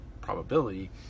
probability